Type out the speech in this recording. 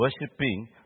worshipping